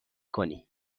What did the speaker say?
کنی